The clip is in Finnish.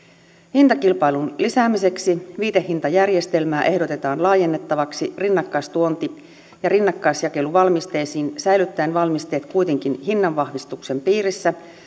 hintakilpailun lisäämiseksi viitehintajärjestelmää ehdotetaan laajennettavaksi rinnakkaistuonti ja rinnakkaisjakeluvalmisteisiin säilyttäen valmisteet kuitenkin hinnan vahvistuksen piirissä